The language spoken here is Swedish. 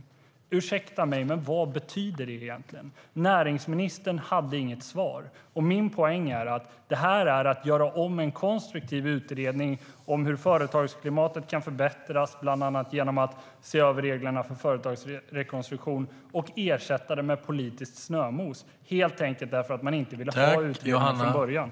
Ursäkta mig, men vad betyder det egentligen? Näringsministern hade inget svar.